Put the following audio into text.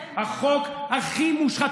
כן, החוק הכי מושחת.